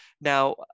Now